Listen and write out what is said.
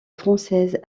française